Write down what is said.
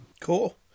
Cool